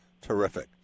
Terrific